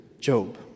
Job